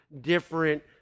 different